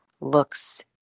looks